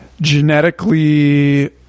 genetically